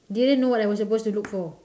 didn't know what I was supposed to look for